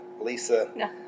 Lisa